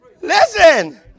Listen